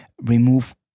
remove